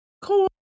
cool